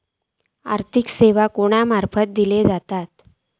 आर्थिक सेवा कोणा मार्फत दिले जातत?